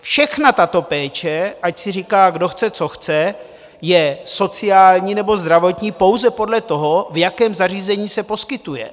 Všechna tato péče, ať si říká kdo chce co chce, je sociální nebo zdravotní pouze podle toho, v jakém zařízení se poskytuje.